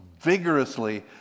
vigorously